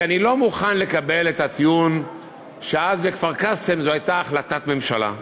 כי אני לא מוכן לקבל את הטיעון שאז בכפר-קאסם זו הייתה החלטת ממשלה.